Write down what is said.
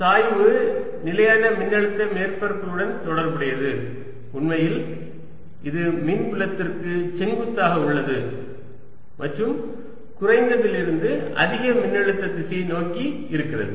சாய்வு நிலையான மின்னழுத்த மேற்பரப்புகளுடன் தொடர்புடையது உண்மையில் இது மின்புலத்திற்கு செங்குத்தாக உள்ளது மற்றும் குறைந்ததிலிருந்து அதிக மின்னழுத்த திசையை நோக்கி இருக்கிறது